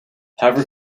however